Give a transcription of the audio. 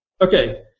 Okay